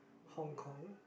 Hong-Kong